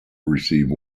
receive